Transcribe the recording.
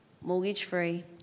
mortgage-free